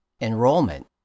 enrollment